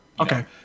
okay